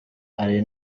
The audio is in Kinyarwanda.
ari